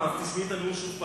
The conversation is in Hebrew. אז תשמעי את הנאום שוב,